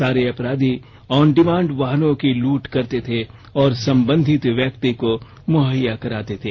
सारे अपराधी ऑनडिमांड वाहनों की लूट करते थे और संबंधित व्यक्ति को मुहैया कराते थे